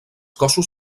cossos